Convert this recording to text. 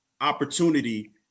opportunity